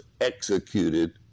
executed